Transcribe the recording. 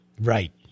Right